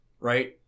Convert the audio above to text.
right